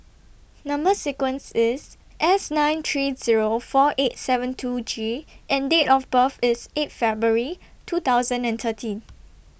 Number sequence IS S nine three Zero four eight seven two G and Date of birth IS eight February two thousand and thirteen